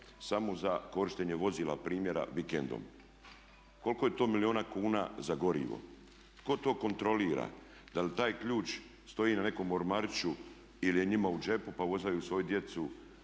samo za korištenje vozila primjera vikendom. Koliko je to milijuna kuna za gorivo, tko to kontrolira? Da li taj ključ stoji na nekom ormariću ili je njima u džepu pa vozaju svoju djecu